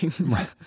Right